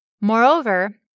Moreover